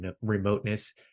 remoteness